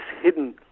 hidden